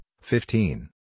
fifteen